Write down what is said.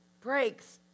breaks